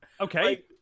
Okay